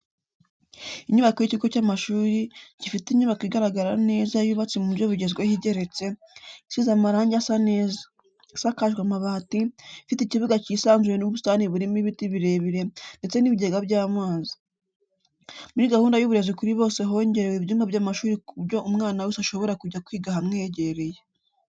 Inyubako y'ikigo cy'amashuri, gifite inyubako igaragara neza yubatse mu buryo bugezweho igeretse, isize amarange asa neza, isakajwe amabati, ifite ikibuga cyisanzuye n'ubusitani burimo ibiti birebire, ndetse n'ibigega by'amazi. Muri gahunda y'uburezi kuri bose hongerewe ibyumba by'amashuri ku buryo umwana wese ashobora kujya kwiga ahamwegereye.